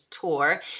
tour